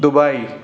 Dubai